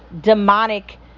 demonic